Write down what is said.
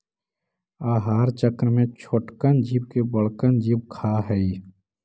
आहार चक्र में छोटकन जीव के बड़कन जीव खा हई